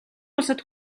улсад